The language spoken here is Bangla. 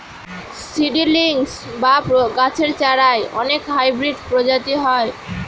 সিডিলিংস বা গাছের চারার অনেক হাইব্রিড প্রজাতি হয়